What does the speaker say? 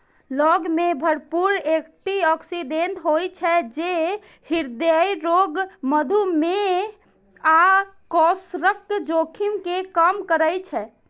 लौंग मे भरपूर एटी ऑक्सिडेंट होइ छै, जे हृदय रोग, मधुमेह आ कैंसरक जोखिम कें कम करै छै